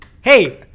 hey